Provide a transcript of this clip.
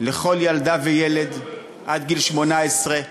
לכל ילדה וילד עד גיל 18,